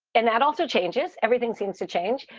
and that also changes. everything seems to change.